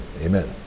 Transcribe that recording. Amen